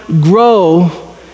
grow